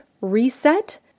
reset